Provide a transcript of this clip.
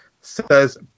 says